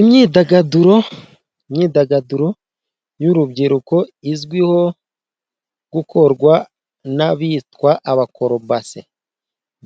Imyidagaduro, imyidagaduro y'urubyiruko ruzwiho gukorwa n'abitwa abakorobase.